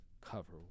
cover